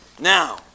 Now